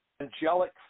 angelic